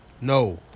no